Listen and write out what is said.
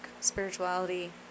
spirituality